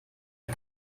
der